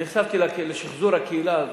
אני נחשפתי לשחזור הקהילה הזאת,